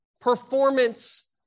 performance